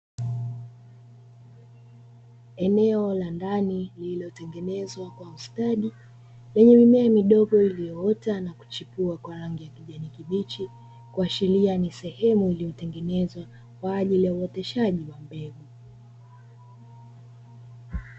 Eneo la ndani lililotengenezwa kwa ustadi lenye mimea midogo iliyoota na kuchipua kwa rangi ya kijani kibichi, kuashiria ni sehemu iliyotengenezwa kwa ajili ya uoteshaji wa mbegu.